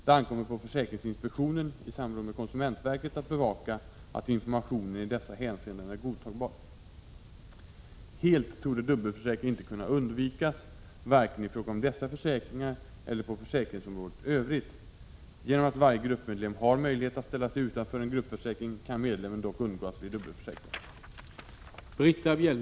Det ankommer på försäkringsinspektionen i samråd med konsumentverket att bevaka att informationen i dessa hänseenden är godtagbar. Helt torde dubbelförsäkring inte kunna undvikas, varken i fråga om dessa försäkringar eller på försäkringsområdet i övrigt. Genom att varje gruppmedlem har möjlighet att ställa sig utanför en gruppförsäkring kan medlemmen dock undgå att bli dubbelförsäkrad.